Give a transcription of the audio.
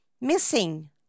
Missing